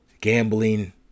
gambling